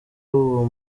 uwo